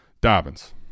Dobbins